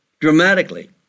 dramatically